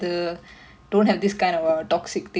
mm mm